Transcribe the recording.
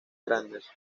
grandes